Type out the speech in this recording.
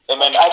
Amen